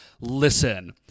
listen